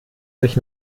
sich